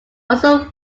also